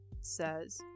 says